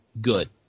good